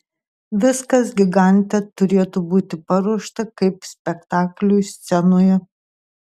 viskas gigante turėtų būti paruošta kaip spektakliui scenoje